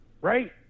Right